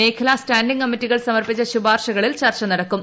മേഖലാ സ്റ്റാൻഡിംഗ് കമ്മിറ്റികൾ സമർപ്പിച്ച ശുപാർശ്കളിൽ ചർച്ച നടക്കും